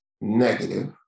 negative